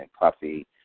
puffy